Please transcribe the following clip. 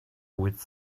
which